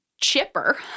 chipper